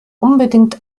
unbedingt